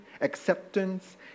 acceptance